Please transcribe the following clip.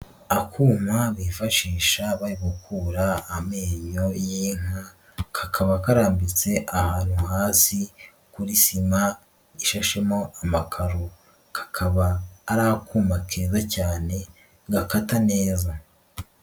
Akuma bifashisha bari gukura amenyo y'inka kakaba karambitse ahantu hasi kuri sima ishashemo amakaro, kakaba ari akuma kera cyane gakata neza.